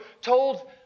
told